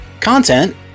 Content